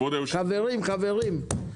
כבוד היושב-ראש,